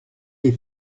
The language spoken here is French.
les